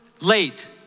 late